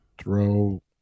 throw